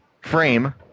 Frame